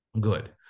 good